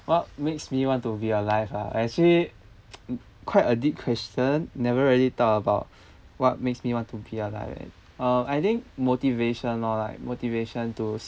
what makes me want to be alive ah actually quite a deep question never really thought about what makes me want to be alive uh I think motivation lor like motivation to